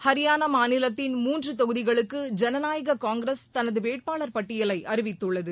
ஹரியானா மாநிலத்தின் மூன்று தொகுதிகளுக்கு ஜனநாயக காங்கிரஸ் தனது வேட்பாளர் பட்டியலை அறிவித்துள்ளது